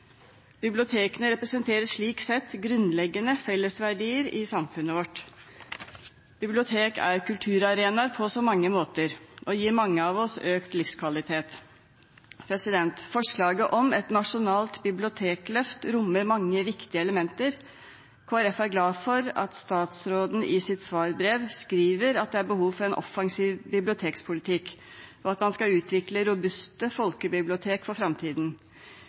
Bibliotekene representerer slik sett grunnleggende fellesverdier i samfunnet vårt. Bibliotek er kulturarenaer på så mange måter og gir mange av oss økt livskvalitet. Forslaget om et nasjonalt bibliotekløft rommer mange viktige elementer. Kristelig Folkeparti er glad for at statsråden i sitt svarbrev skriver at det er behov for en offensiv bibliotekpolitikk, og at man skal utvikle robuste folkebibliotek for framtiden.